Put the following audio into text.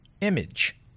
image